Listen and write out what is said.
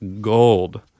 gold